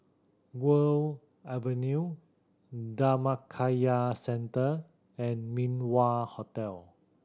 Guok Avenue Dhammakaya Centre and Min Wah Hotel